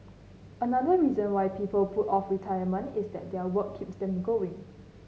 another reason why people put off retirement is that their work keeps them going